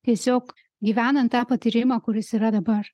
tiesiog gyvenant tą patyrimą kuris yra dabar